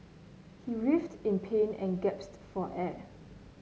he writhed in pain and for air